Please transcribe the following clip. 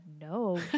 no